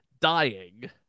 dying